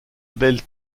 belle